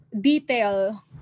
detail